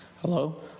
Hello